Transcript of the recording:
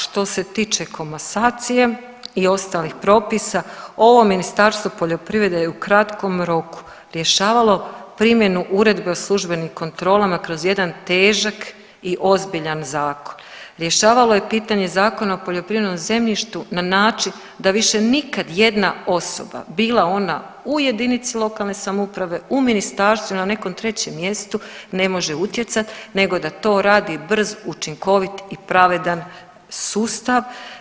Što se tiče komasacije i ostalih propisa, ovo Ministarstvo poljoprivrede je u kratkom roku rješavalo primjenu Uredbe o službenim kontrolama kroz jedan težak i ozbiljan zakon, rješavalo je pitanje Zakona o poljoprivrednom zemljištu na način da više nikad jedna osoba, bila ona u jedinici lokalne samouprave u ministarstvu ili na nekom trećem mjestu nego da to rad brz, učinkovit i pravedan sustav.